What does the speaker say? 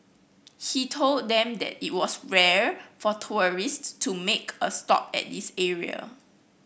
he told them that it was rare for tourists to make a stop at this area